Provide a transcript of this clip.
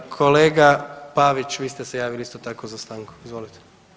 Kolega Pavić vi ste se javili isto tako za stanku, izvolite.